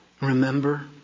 Remember